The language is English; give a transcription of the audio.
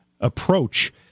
approach